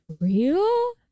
real